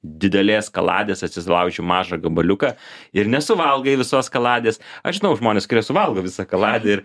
didelės kaladės atsilauži mažą gabaliuką ir nesuvalgai visos kaladės aš žinau žmonės kurie suvalgo visą kaladę ir